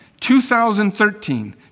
2013